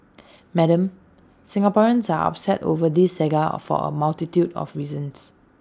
Madam Singaporeans are upset over this saga for A multitude of reasons